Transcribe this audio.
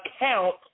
account